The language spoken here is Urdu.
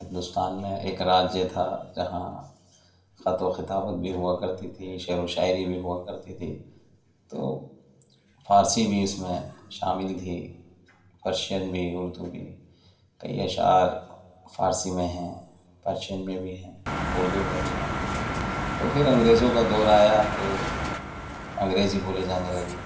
ہندوستان میں ایک راجیہ تھا جہاں خط و کتابت بھی ہوا کرتی تھی شعر و شاعری بھی ہوا کرتی تھی تو فارسی بھی اس میں شامل تھی پرشین بھی اردو بھی کئی اشعار فارسی میں ہیں پرشین میں بھی ہیں اردو میں بھی ہیں تو پھر انگریزوں کا دور آیا تو انگریزی بولے جانے لگی